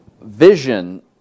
vision